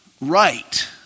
right